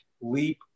LEAP